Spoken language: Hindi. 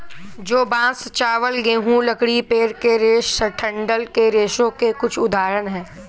जौ, बांस, चावल, गेहूं, लकड़ी, पेड़ के रेशे डंठल के रेशों के कुछ उदाहरण हैं